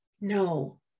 No